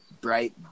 bright